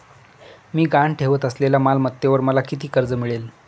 मी गहाण ठेवत असलेल्या मालमत्तेवर मला किती कर्ज मिळेल?